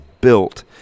built –